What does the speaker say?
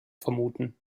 vermuten